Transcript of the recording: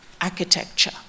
architecture